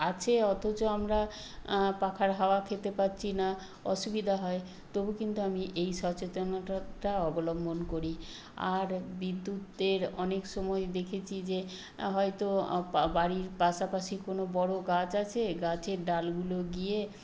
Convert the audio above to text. আছে অথচ আমরা পাখার হাওয়া খেতে পারছি না অসুবিধা হয় তবু কিন্তু আমি এই সচেতনটাটা অবলম্বন করি আর বিদ্যুতের অনেক সময় দেখেছি যে হয়তো বাড়ির পাশাপাশি কোনো বড়ো গাছ আছে গাছের ডালগুলো গিয়ে